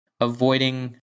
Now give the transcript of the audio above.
avoiding